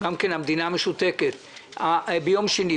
המדינה משותקת - ביום שני.